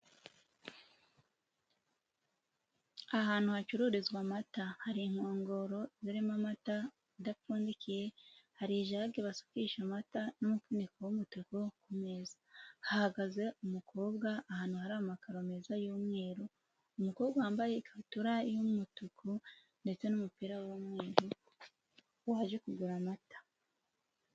Ahantu hacururizwa amata. Hari inkongoro zirimo amata idapfundikiye, hari ijage basukisha amata n'umufuniko w'umutuku ku meza. Hahagaze umukobwa, ahantu hari amakaro meza y'umweru, umukobwa wambaye ikabutura y'umutuku ndetse n'umupira w'umweru waje kugura amata.